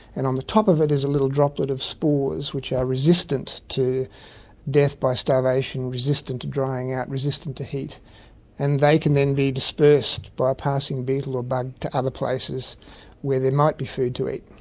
and on the top of it is a little droplet of spores which are resistant to death by starvation, resistant to drying out, resistant to heat and they can then be dispersed by a passing beetle or bug to other places where there might be food to eat.